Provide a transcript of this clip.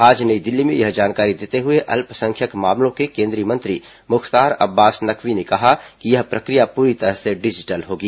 आज नई दिल्ली में यह जानकारी देते हुए अल्पसंख्यक मामलों के केन्द्रीय मंत्री मुख्तार अब्बास नकवी ने कहा कि यह प्रक्रिया पूरी तरह से डिजिटल होगी